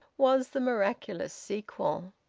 was the miraculous sequel!